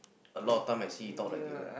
a lot of time I see you talk like Davian